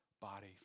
body